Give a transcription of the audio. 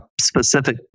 specific